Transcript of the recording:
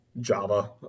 Java